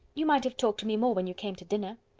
you might have talked to me more when you came to dinner.